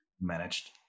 managed